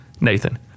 Nathan